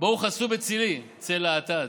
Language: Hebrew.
באו חסו בצלי" צל האטד,